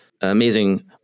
amazing